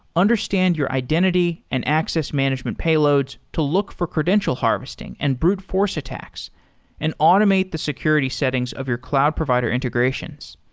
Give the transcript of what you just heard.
understand your identity and access management payloads to look for credential harvesting and brute force attacks and automate the security settings of your cloud provider integrations.